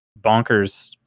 bonkers